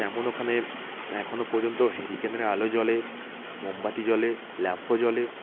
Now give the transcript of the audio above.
তেমন ওখানে এখনো পর্যন্ত হেরিকেনের আলো জ্বলে মোমবাতি জলে লম্ফ জ্বলে